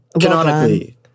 Canonically